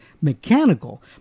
mechanical